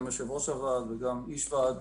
יושב-ראש הוועד וחבר ועד,